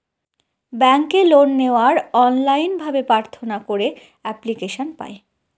ব্যাঙ্কে লোন নেওয়ার অনলাইন ভাবে প্রার্থনা করে এপ্লিকেশন পায়